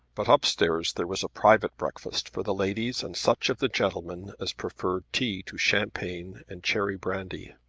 but up-stairs there was a private breakfast for the ladies and such of the gentlemen as preferred tea to champagne and cherry brandy.